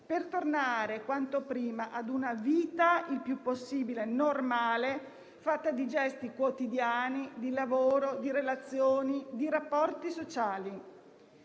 per tornare quanto prima a una vita il più possibile normale, fatta di gesti quotidiani, di lavoro, di relazioni e di rapporti sociali.